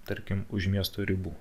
tarkim už miesto ribų